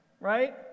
right